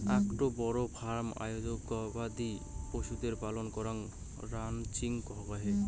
আকটা বড় ফার্ম আয়োজনে গবাদি পশুদের পালন করাঙ রানচিং কহে